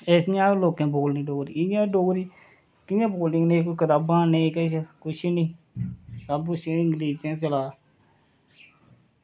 एह् इं'या बोलनी लोकें डोगरी इंया डोगरी कि'यां बोलनी डोगरी नेईं कताबां नेईं किश नी सबकुछ इंगलिश च गै चला दा